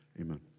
amen